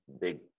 big